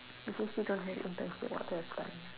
would you say don't have internship all that type